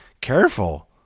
careful